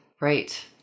Right